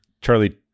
Charlie –